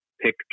pick